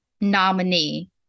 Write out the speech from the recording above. nominee